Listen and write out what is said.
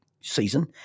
season